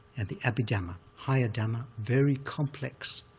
and the abhidhamma, higher dhamma, very complex,